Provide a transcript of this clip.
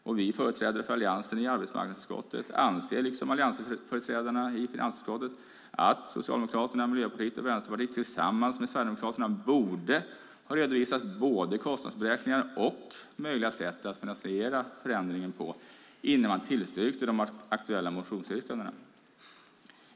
Vi som företräder Alliansen i arbetsmarknadsutskottet anser, liksom alliansföreträdarna i finansutskottet, att Socialdemokraterna, Miljöpartiet och Vänsterpartiet tillsammans med Sverigedemokraterna borde ha redovisat både kostnadsberäkningar och möjliga sätt att finansiera förändringen på innan man tillstyrkte de aktuella motionsyrkandena.